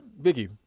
Vicky